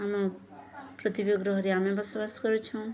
ପୃଥିବୀ ଗ୍ରହରେ ଆମେ ବସବାସ କରୁଛୁଁ